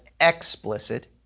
explicit